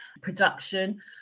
production